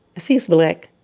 cause he's black